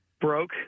broke